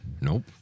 Nope